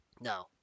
No